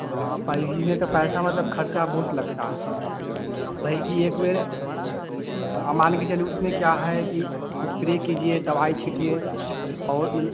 हाँ इसी में तो पैसा मतलब खर्चा बहुत लगता है अब भई कि एक बेर मान के चले उसमें क्या है कि इस्प्रे कीजिए दवाई छिड़किए और मतलब